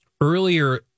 Earlier